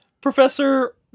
Professor